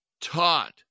taught